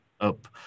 up